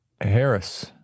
Harris